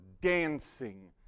dancing